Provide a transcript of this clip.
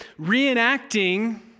reenacting